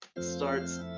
starts